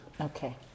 Okay